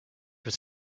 was